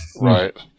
Right